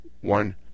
one